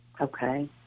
Okay